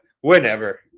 whenever